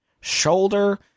shoulder